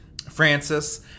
Francis